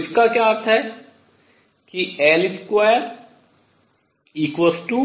तो इसका क्या अर्थ है कि L2p2p2